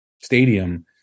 Stadium